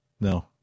no